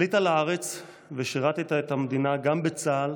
עלית לארץ ושירת את המדינה גם בצה"ל